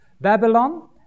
Babylon